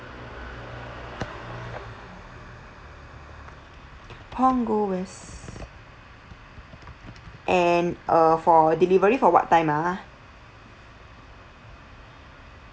punggol west and uh for delivery for what time ah